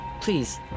Please